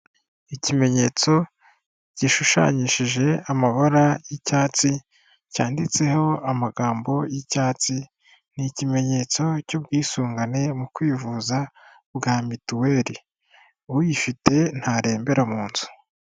Ikimenyetso gishushanyishije amabara y'icyatsi cyanditseho amagambo y'icyatsi ni ikimenyetso cy'ubwisungane mu kwivuza bwa mituweli, uyifite ntarembera mu nzu.